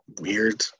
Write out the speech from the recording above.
weird